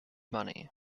money